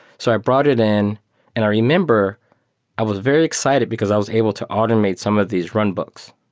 so i brought it in and i remember i was very excited because i was able to automate some of these run books,